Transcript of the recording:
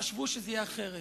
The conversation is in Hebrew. חשבו שזה יהיה אחרת,